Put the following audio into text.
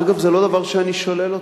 אגב, זה לא דבר שאני שולל אותו,